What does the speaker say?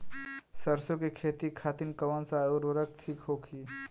सरसो के खेती खातीन कवन सा उर्वरक थिक होखी?